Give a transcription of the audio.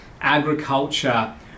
agriculture